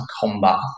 combat